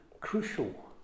crucial